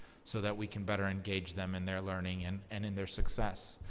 so that we can better engage them in their learning and and in their success.